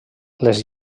les